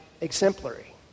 exemplary